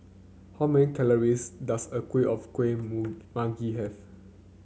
how many calories does a kuih of kuih manggi have